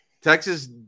Texas